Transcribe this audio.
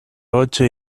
ocho